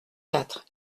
quatre